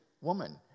woman